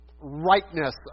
rightness